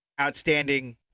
outstanding